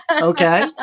okay